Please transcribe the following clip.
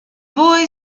boy